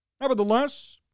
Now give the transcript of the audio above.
Nevertheless